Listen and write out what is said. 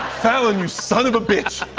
fallon, you son of a bitch.